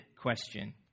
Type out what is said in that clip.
question